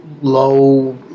low